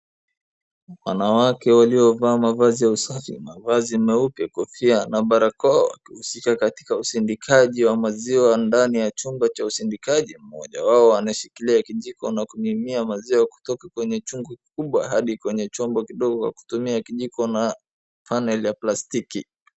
Wanawake waliovaa mavazi ya usafi. Mavazi meupe kofia na barakoa wa kihusika katika usidikiaji wa maziwa ndani ya chumba cha usidikaji. Mmoja wao anashikilia kijiko na kumimia maziwa kutoka kwenye chungu kikubwa hadi kwenye chombo kidogo wakitumia kijiko na panel ya plastiki.